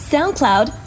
SoundCloud